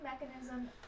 mechanism